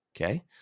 okay